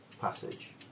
Passage